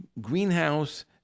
Greenhouse